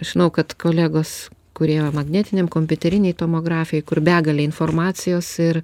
žinau kad kolegos kurie magnetiniam kompiuterinėj tomografijoj kur begalė informacijos ir